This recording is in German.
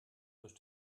durch